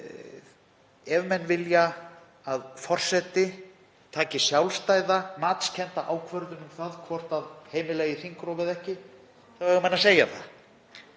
Ef menn vilja að forseti taki sjálfstæða matskennda ákvörðun um það hvort heimila eigi þingrof eða ekki þá eiga menn að segja það.